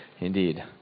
Indeed